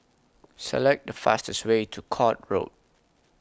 Select The fastest Way to Court Road